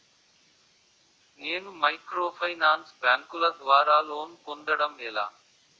నేను మైక్రోఫైనాన్స్ బ్యాంకుల ద్వారా లోన్ పొందడం ఎలా?